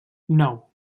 nou